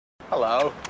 Hello